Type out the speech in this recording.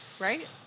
right